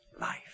life